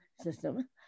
system